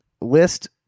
List